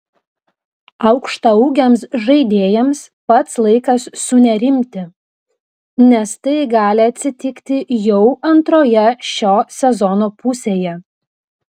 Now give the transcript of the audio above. aukštaūgiams žaidėjams pats laikas sunerimti nes tai gali atsitikti jau antroje šio sezono pusėje